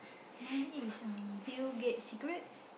mine is um Bill-Gates secret